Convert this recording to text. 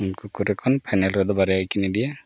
ᱩᱱᱠᱩ ᱠᱚᱨᱮ ᱠᱷᱚᱱ ᱯᱟᱭᱱᱮᱞ ᱨᱮᱫᱚ ᱵᱟᱨᱭᱟ ᱜᱮᱠᱤᱱ ᱤᱫᱤᱭᱟ